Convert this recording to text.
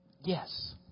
Yes